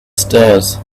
stairs